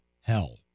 hell